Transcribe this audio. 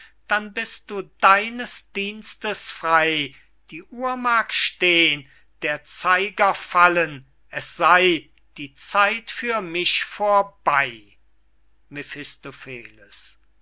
dann bist du deines dienstes frey die uhr mag stehn der zeiger fallen es sey die zeit für mich vorbey